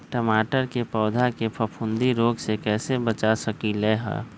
टमाटर के पौधा के फफूंदी रोग से कैसे बचा सकलियै ह?